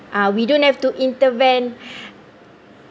ah we don't have to intervene